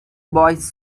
boys